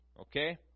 okay